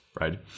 right